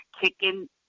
kicking